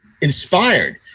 inspired